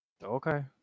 Okay